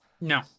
No